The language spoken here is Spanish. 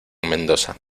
mendoza